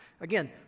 Again